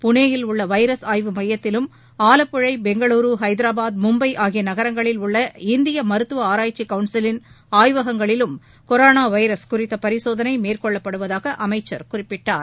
புனேவில் உள்ள வைரஸ் ஆய்வு மையத்திலும் ஆலப்புழை பெங்களூரு ஹைதராபாத் மும்பை ஆகிய நகரங்களில் உள்ள இந்திய மருத்துவ ஆராய்ச்சி கவுன்சிலின் ஆய்வகங்களிலும் கொரோனா வைரஸ் பரிசோதனை மேற்கொள்ளப்படுவதாக அமைச்சர் குறிப்பிட்டார்